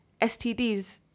stds